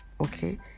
okay